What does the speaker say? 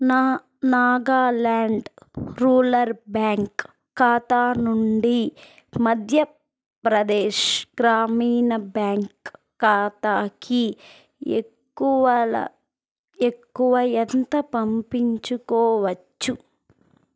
నా Nagaland rural bank ఖాతా నుండి మధ్యప్రదేశ్ గ్రామీణ బ్యాంక్ ఖాతాకి ఎక్కువలో ఎక్కువ ఎంత పంపించుకోవచ్చు